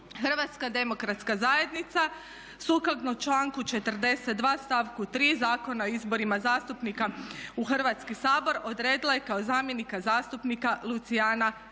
Hrvatska demokratska zajednica sukladno članku 42. stavku 3. Zakona o izborima zastupnika u Hrvatski sabor odredila je kao zamjenika zastupnika Lucijana